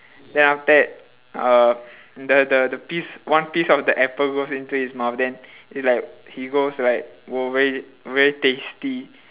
then after that uh the the piece one piece of the apple goes into his mouth then it's like he goes like !wow! very very tasty